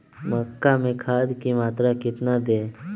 मक्का में खाद की मात्रा कितना दे?